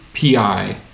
PI